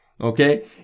Okay